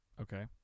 Okay